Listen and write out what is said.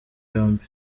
yombi